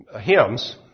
hymns